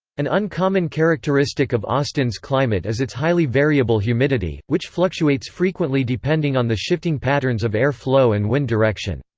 an uncommon characteristic of austin's climate is its highly variable humidity, which fluctuates frequently depending on the shifting patterns of air flow and wind direction.